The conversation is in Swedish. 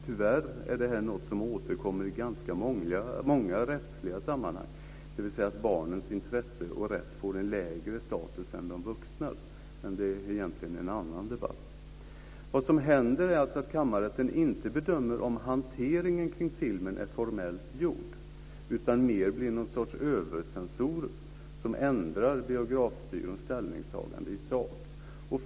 Tyvärr är det här något som återkommer i ganska många rättsliga sammanhang, dvs. att barnens intressen och rätt får en lägre status än de vuxnas, med det är egentligen en annan debatt. Vad som händer är alltså att kammarrätten inte bedömer om hanteringen kring filmen är formellt rätt gjort, utan mer blir någon sorts övercensor som ändrar Biografbyråns ställningstagande i sak.